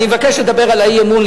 אני מבקש לדבר על האי-אמון,